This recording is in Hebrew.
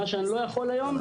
מה שאני לא יכול היום,